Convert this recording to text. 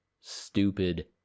stupid